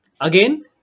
Again